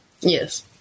Yes